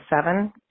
seven